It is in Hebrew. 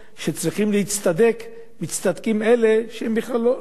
מצטדקים אלה שהם בכלל לא מזוהים אתם ולא קשורים אתם.